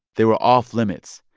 they were off-limits,